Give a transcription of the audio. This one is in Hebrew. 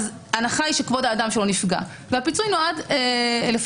ההנחה היא שכבוד האדם שלו נפגע.